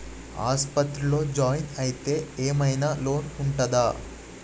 ఆస్పత్రి లో జాయిన్ అయితే ఏం ఐనా లోన్ ఉంటదా?